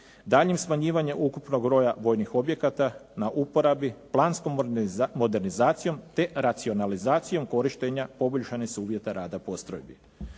Daljnjim smanjivanjem ukupnog broja vojnih objekata na uporabi planskom modernizacijom, te racionalizacijom korištenja poboljšani su uvjeti rada postrojbi.